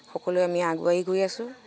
সকলোৱে আমি আগুৱাই গৈ আছো